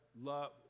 love